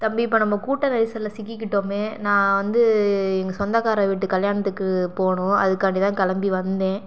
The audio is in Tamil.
தம்பி இப்போ நம்ம கூட்ட நெரிசலில் சிக்கிக்கிட்டோமே நான் வந்து எங்கள் சொந்தக்கார வீட்டு கல்யாணத்துக்கு போகணும் அதுக்காண்டி தான் கிளம்பி வந்தேன்